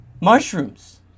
mushrooms